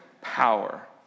power